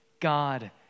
God